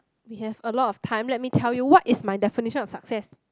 we have a lot of time let me tell you what is my definition of success